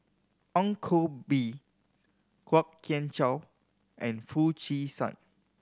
Ong Koh Bee Kwok Kian Chow and Foo Chee San